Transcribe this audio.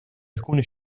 alcune